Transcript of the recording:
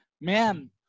man